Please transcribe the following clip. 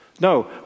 No